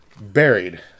buried